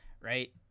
right